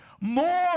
more